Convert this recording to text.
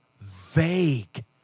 vague